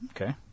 Okay